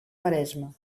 maresme